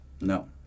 No